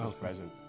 ah president.